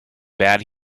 bad